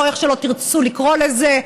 או איך שלא תרצו לקרוא לזה,